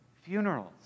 funerals